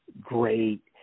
great